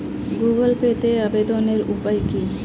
Google পেতে আবেদনের উপায় কি?